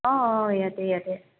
অঁ অঁ ইয়াতে ইয়াতে